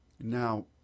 Now